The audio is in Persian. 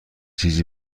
چیزی